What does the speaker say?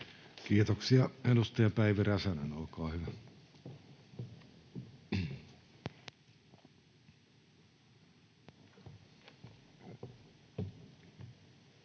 Kiitoksia. — Edustaja Päivi Räsänen, olkaa hyvä.